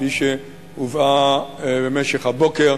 כפי שהובאה במשך הבוקר,